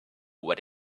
what